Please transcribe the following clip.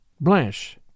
Blanche